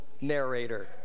narrator